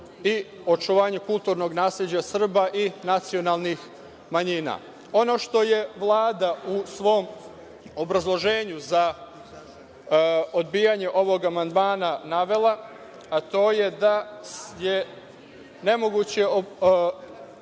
i očuvanju kulturnog nasleđa Srba i nacionalnih manjina. Ono što je Vlada u svom obrazloženju za odbijanje ovog amandmana navela, a to je da je nemoguće